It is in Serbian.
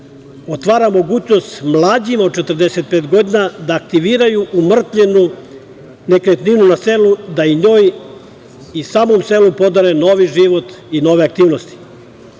otvara mogućnost mlađima od 45 godina da aktiviraju umrtvljenu nekretninu na selu, da i njoj i samo na selu podare novi život i nove aktivnosti. Procena